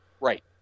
right